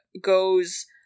goes